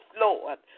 Lord